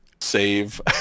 save